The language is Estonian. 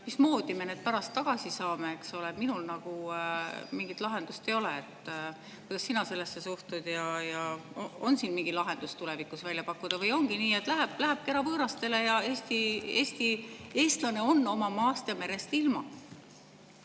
Mismoodi me need pärast tagasi saame? Minul mingit lahendust ei ole. Kuidas sina sellesse suhtud? On siin mingi lahendus tulevikus välja pakkuda või ongi nii, et läheb ära võõrastele ja eestlane on oma maast ja merest ilma?